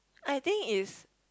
I think is